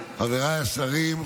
בפקודת העיריות ניתנה סמכות לשר הפנים,